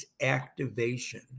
activation